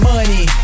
Money